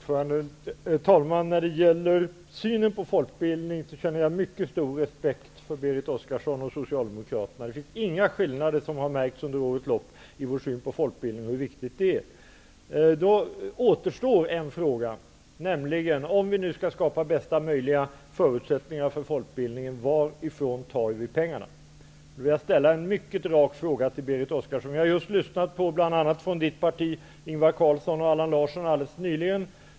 Herr talman! När det gäller folkbildningen har jag mycket stor respekt för Berit Oscarssons och Socialdemokraternas uppfattning. Inga skillnader har kunnat märkas under årens lopp när det gäller våra uppfattningar om folkbildningen och dess betydelse. Om vi nu skall skapa bästa möjliga förutsättningar för folkbildningen, varifrån tar vi då pengarna? Vi har ju just lyssnat på bl.a. Ingvar Carlsson och Allan Larsson från det parti som Berit Oscarsson företräder.